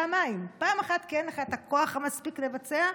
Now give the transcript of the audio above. פעמיים: פעם אחת כי אין לך את הכוח המספיק לבצע,